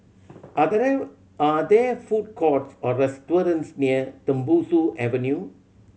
are there are there food courts or restaurants near Tembusu Avenue